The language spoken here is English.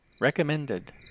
Recommended